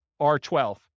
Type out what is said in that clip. R12